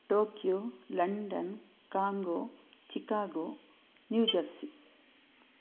Tokyo London Congo Chicago New Jersey